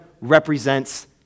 represents